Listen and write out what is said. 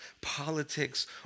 politics